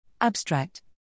ABSTRACT